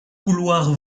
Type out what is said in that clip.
couloirs